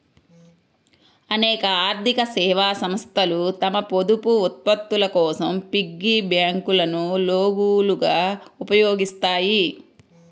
అనేక ఆర్థిక సేవా సంస్థలు తమ పొదుపు ఉత్పత్తుల కోసం పిగ్గీ బ్యాంకులను లోగోలుగా ఉపయోగిస్తాయి